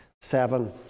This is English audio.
seven